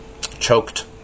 choked